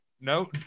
no